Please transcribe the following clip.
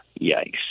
yikes